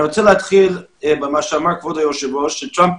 אני רוצה להתחיל במה שאמר כבוד היו"ר, שטראמפ